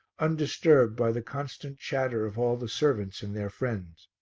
undisturbed by the constant chatter of all the servants and their friends.